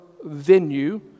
venue